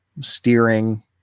steering